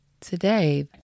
today